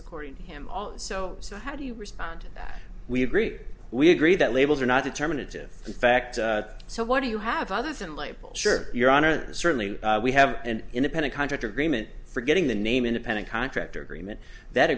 according to him so so how do you respond that we agree we agree that labels are not determinative in fact so what do you have other than labels sure your honor and certainly we have an independent contractor agreement for getting the name independent contractor agreement that